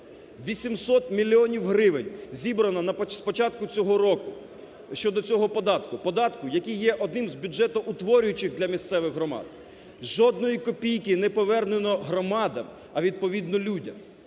800 мільйонів гривень зібрано з початку цього року щодо цього податку, податку, який є одним з бюджетоутворюючих для місцевих громад. Жодної копійки не повернено громадам, а, відповідно, людям!